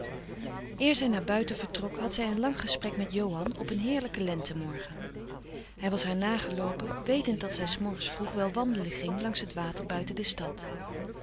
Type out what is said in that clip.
zij naar buiten vertrok had zij een lang gesprek met johan op een heerlijken lente morgen hij was haar nageloopen wetend dat zij s morgens vroeg wel wandelen ging langs t water buiten de stad